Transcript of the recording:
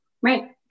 Right